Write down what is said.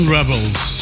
Rebels